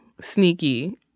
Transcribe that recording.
sneaky